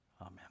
Amen